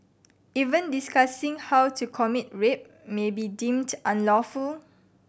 even discussing how to commit rape may be deemed unlawful